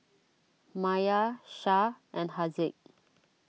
Maya Shah and Haziq